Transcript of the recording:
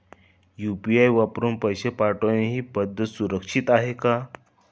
UPI वापरून पैसे पाठवणे ही पद्धत सुरक्षित आहे का?